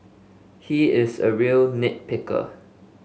he is a real nit picker